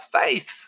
faith